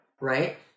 Right